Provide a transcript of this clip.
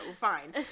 Fine